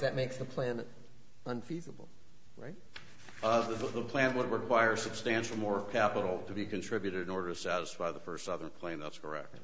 that makes the plan unfeasible right of the plant would require substantial more capital to be contributed in order to satisfy the first other plane that's correct